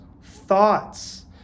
thoughts